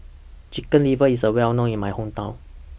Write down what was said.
Chicken Liver IS Well known in My Hometown